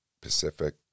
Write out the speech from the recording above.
Pacific